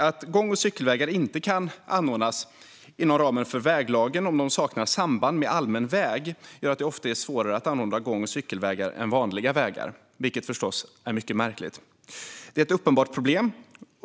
Att gång och cykelvägar inte kan anordnas inom ramen för väglagen om de saknar samband med allmän väg gör att det ofta är svårare att anordna gång och cykelvägar än vanliga vägar, vilket förstås är mycket märkligt. Det är ett uppenbart problem.